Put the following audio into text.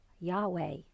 Yahweh